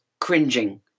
cringing